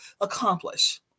accomplish